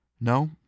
No